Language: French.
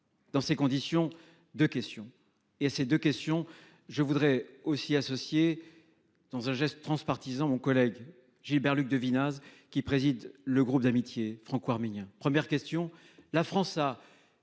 Dans ces conditions de questions et à ces 2 questions, je voudrais aussi associé. Dans un geste transpartisan mon collègue Gilbert Luc de Vina qui préside le groupe d'amitié franco-arménien. Première question, la France a.